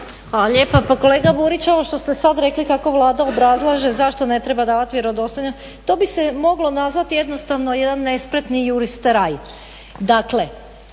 Hvala lijepa. Pa kolega Burić ovo što ste sada rekli kako Vlada obrazlaže zašto ne treba davati vjerodostojno to bi se moglo nazvati jednostavno jedan nespretni juristeraj.